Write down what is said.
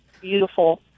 beautiful